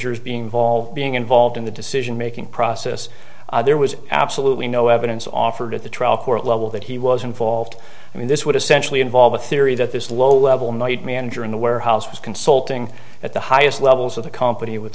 injures being involved being involved in the decision making process there was absolutely no evidence offered at the trial court level that he was involved i mean this would essentially involve a theory that this low level night manager in the warehouse was consulting at the highest levels of the company with